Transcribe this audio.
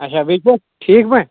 اچھا بیٚیہِ چھُوا ٹھیٖک پٲٹھۍ